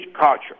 culture